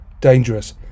Dangerous